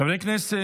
חמישה